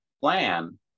plan